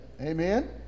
Amen